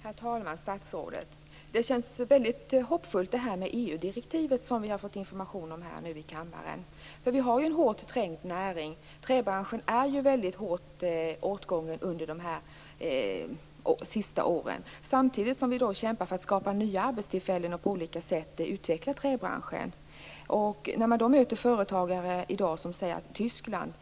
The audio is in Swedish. Herr talman och statsrådet! Det känns väldigt hoppfullt med det EU-direktiv som vi nu har fått information om här i kammaren. Vi har här en näring som är hårt trängd. Träbranschen har blivit hårt åtgången under de senaste åren. Samtidigt kämpar vi för att skapa nya arbetstillfällen och på olika sätt utveckla träbranschen. Man möter i dag företagare som säger: Tyskland